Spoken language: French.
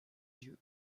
yeux